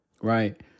right